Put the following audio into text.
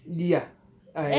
ya I